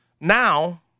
Now